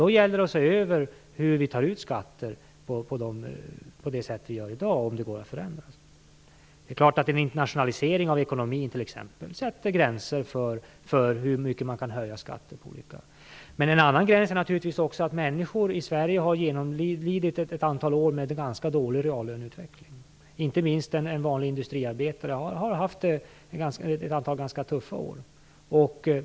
Då gäller det att se över det sätt vi tar ut skatter på i dag och om det går att förändra. En internationalisering av ekonomin sätter gränser för hur mycket man kan höja skatter. En annan gräns är naturligtvis också att människor i Sverige har genomlidit ett antal år med en ganska dålig reallöneutveckling. Det gäller inte minst en vanlig industriarbetare, som har haft ett antal ganska tuffa år.